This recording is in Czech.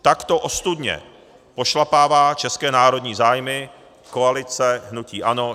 Takto ostudně pošlapává české národní zájmy koalice hnutí ANO, ČSSD a KSČM.